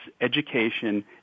education